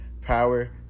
power